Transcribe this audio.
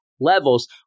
Levels